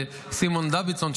וסימון דוידסון,